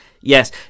yes